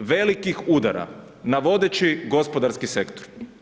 velikih udara na vodeći gospodarski sektor.